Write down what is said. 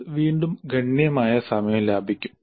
ഇത് വീണ്ടും ഗണ്യമായ സമയം ലാഭിക്കും